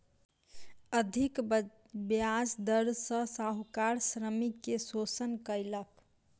अधिक ब्याज दर सॅ साहूकार श्रमिक के शोषण कयलक